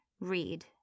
read